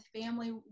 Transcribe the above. family